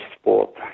sport